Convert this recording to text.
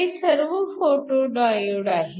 हे सर्व photodiode आहेत